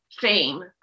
fame